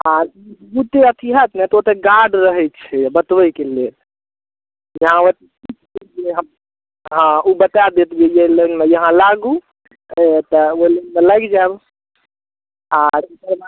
आ अथी होएत ने तऽ ओतऽ गार्ड रहै छै बतबैके लेल यहाँ हाँ ओ बता देतियै जे लाइनमे यहाँ लागू तऽ ओतऽ ओहि लाइनमे लागि जाएब आ ओकरबाद